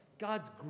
God's